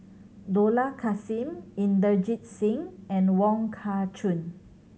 Dollah Kassim Inderjit Singh and Wong Kah Chun